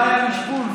לא היה לי שוונג,